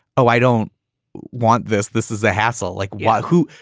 oh, i don't want this, this is a hassle. like what? who?